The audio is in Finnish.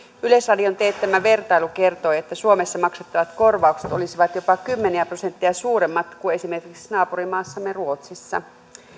yleisradion teettämä vertailu kertoo että suomessa maksettavat korvaukset olisivat jopa kymmeniä prosentteja suuremmat kuin esimerkiksi naapurimaassamme ruotsissa